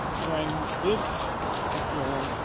when this appeal,